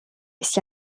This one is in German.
ist